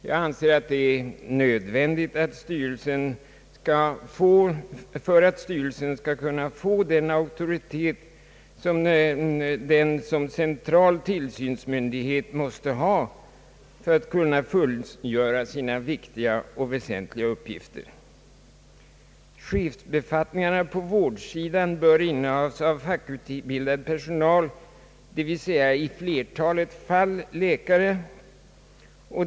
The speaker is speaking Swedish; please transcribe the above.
Jag anser det nödvändigt att styrelsen får den auktoritet, som den som central tillsyningsmyndighet måste ha för att kunna fullgöra sina viktiga och väsentliga uppgifter. Chefsbefattningarna på vårdsidan bör innehas av fackutbildad personal, d. v. s. i flertalet fall läkare.